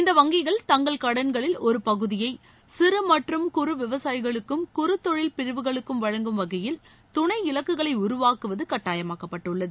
இந்த வங்கிகள் தங்கள் கடன்களில் ஒரு பகுதியை சிறு மற்றும் குறு விவசாயிகளுக்கும் குறு தொழில் பிரிவுகளுக்கும் வழங்கும் வகையில் துணை இலக்குகளை உருவாக்குவது கட்டாயமாக்கப்பட்டுள்ளது